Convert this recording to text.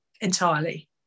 entirely